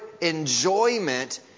enjoyment